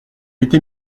été